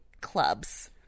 clubs